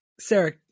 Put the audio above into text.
Sarah